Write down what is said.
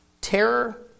terror